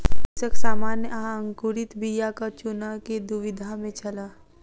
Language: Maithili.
कृषक सामान्य आ अंकुरित बीयाक चूनअ के दुविधा में छल